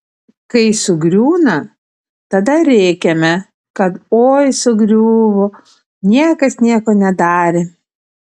kai sugriūna tada rėkiame kad oi sugriuvo niekas nieko nedarė